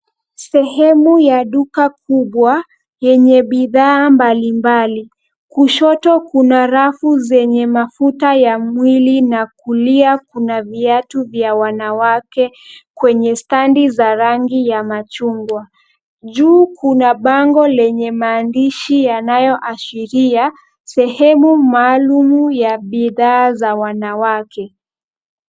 Sehemu ya duka kubwa, yenye bidhaa mbali mbali. Kushoto kuna rafu zenye mafuta ya mwili na kulia kuna viatu vya wanawake, kwenye standi za rangi ya machungwa. Juu kuna bango lenye maandishi yanayo ashiria, sehemu maalum ya bidhaa za wanawake.